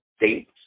date